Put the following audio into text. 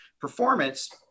performance